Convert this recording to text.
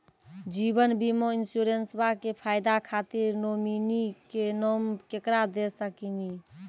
जीवन बीमा इंश्योरेंसबा के फायदा खातिर नोमिनी के नाम केकरा दे सकिनी?